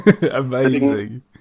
Amazing